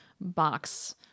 box